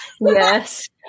Yes